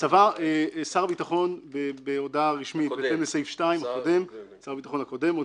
--- שר הביטחון בהודעה רשמית שר הביטחון הקודם,